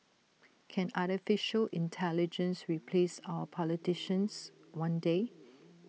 can Artificial Intelligence replace our politicians one day